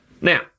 Now